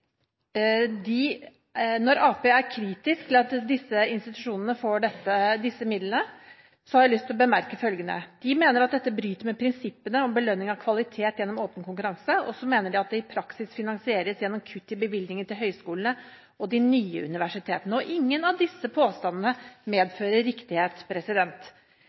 de fem gamle universitetene: Når Arbeiderpartiet er kritisk til at disse institusjonene får disse midlene, har jeg lyst til å bemerke at de mener at dette bryter med prinsippene om belønning av kvalitet gjennom åpen konkurranse, og så mener de at dette i praksis finansieres gjennom kutt i bevilgningene til høyskolene og de nye universitetene. Ingen av disse påstandene medfører riktighet.